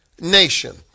nation